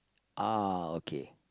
ah okay